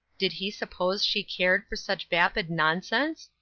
did he suppose she cared for such vapid nonsense?